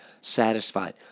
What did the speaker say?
satisfied